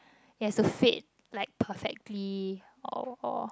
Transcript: it has to fit like perfectly or